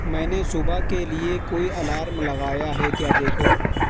میں نے صبح کے لیے کوئی الارم لگایا ہے کیا دیکھو